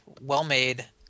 well-made